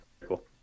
cool